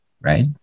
right